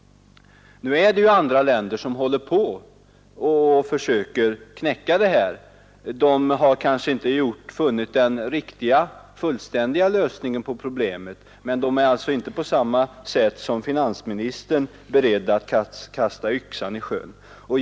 Andra länder försöker knäcka problemen. De har kanske inte funnit den fullständiga lösningen, men de är inte på samma sätt som finansministern beredda att kasta yxan i sjön.